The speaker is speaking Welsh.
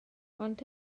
ond